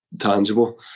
tangible